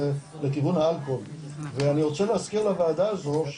זה לכיוון האלכוהול ואני רוצה להזכיר לוועדה הזו,